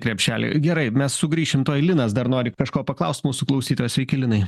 krepšelį gerai mes sugrįšim tuoj linas dar nori kažko paklaust mūsų klausytojas sveiki linai